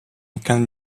can